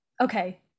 okay